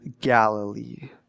Galilee